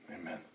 amen